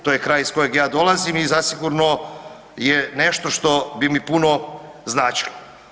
To je kraj iz kojeg ja dolazim i zasigurno je nešto što bi mi puno značilo.